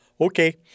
okay